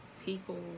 People